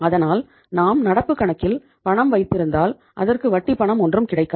அதனால் நாம் நடப்புக் கணக்கில் பணம் வைத்திருந்தால் அதற்கு வட்டி பணம் ஒன்றும் கிடைக்காது